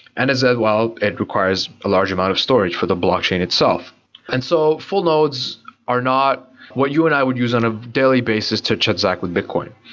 and as as while it requires a larger amount of storage for the blockchain itself and so full nodes are not what you and i would use on a daily basis to transact with bitcoin.